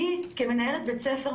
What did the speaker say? אני כמנהלת בית-ספר,